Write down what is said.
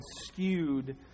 skewed